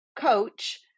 coach